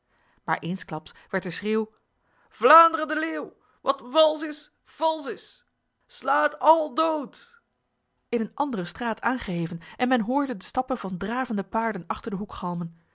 maar eensklaps werd de schreeuw vlaanderen de leeuw wat wals is vals is slaat al dood in een andere straat aangeheven en men hoorde de stappen van dravende paarden achter de hoek galmen